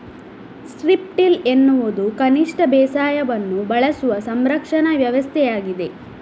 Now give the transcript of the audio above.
strip till ಎನ್ನುವುದು ಕನಿಷ್ಟ ಬೇಸಾಯವನ್ನು ಬಳಸುವ ಸಂರಕ್ಷಣಾ ವ್ಯವಸ್ಥೆಯಾಗಿದೆ